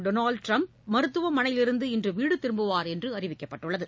Donald Trump மருத்துவமனையிலிருந்து இன்றுவீடுதிரும்புவார் என்றுஅறிவிக்கப்பட்டுள்ளது